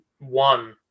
one